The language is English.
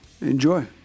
Enjoy